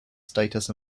status